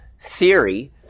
theory